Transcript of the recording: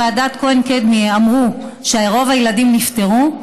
אם בוועדת כהן-קדמי אמרו שרוב הילדים נפטרו,